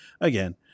again